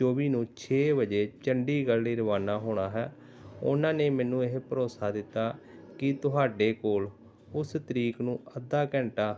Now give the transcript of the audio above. ਚੌਵੀ ਨੂੰ ਛੇ ਵਜੇ ਚੰਡੀਗੜ੍ਹ ਲਈ ਰਵਾਨਾ ਹੋਣਾ ਹੈ ਉਹਨਾਂ ਨੇ ਮੈਨੂੰ ਇਹ ਭਰੋਸਾ ਦਿੱਤਾ ਕਿ ਤੁਹਾਡੇ ਕੋਲ ਉਸ ਤਰੀਕ ਨੂੰ ਅੱਧਾ ਘੰਟਾ